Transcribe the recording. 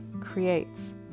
creates